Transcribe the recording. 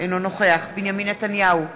אינו נוכח בנימין נתניהו,